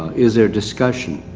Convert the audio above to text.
is there discussion?